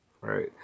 right